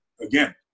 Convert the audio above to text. again